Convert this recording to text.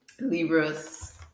Libras